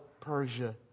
Persia